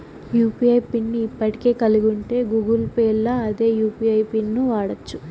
UPI pin ని ఇప్పటికే కలిగుంటే గూగుల్ పేల్ల అదే యూ.పి.ఐ పిన్ను వాడచ్చు